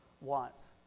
wants